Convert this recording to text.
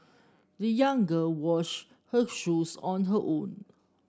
the young girl washed her shoes on her own